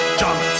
jump